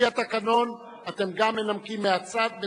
לפי התקנון, אתם גם מנמקים מהצד בדקה.